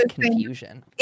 confusion